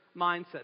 mindset